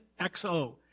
XO